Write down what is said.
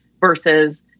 versus